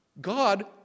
God